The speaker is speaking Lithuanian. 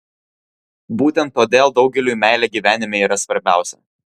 būtent todėl daugeliui meilė gyvenime yra svarbiausia